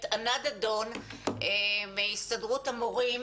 אני רוצה רגע את ענת דדון מהסתדרות המורים